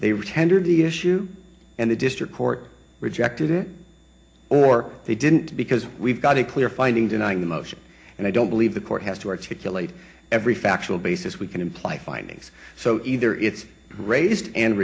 they were tendered the issue and the district court rejected it or they didn't because we've got a clear finding denying the motion and i don't believe the court has to articulate every factual basis we can imply findings so either it's raised and